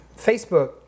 Facebook